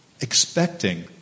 Expecting